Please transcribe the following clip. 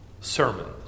sermons